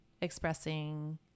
expressing